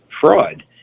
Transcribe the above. fraud